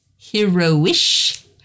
heroish